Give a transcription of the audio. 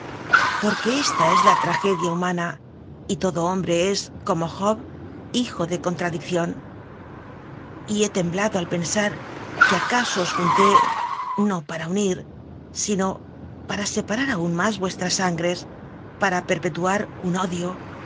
porque esta es la tragedia humana y todo hombre es como job hijo de contradicción y he temblado al pensar que acaso os junté no para unir sino para separar aún más vuestras sangres para perpetuar un odio